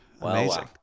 amazing